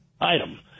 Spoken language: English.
item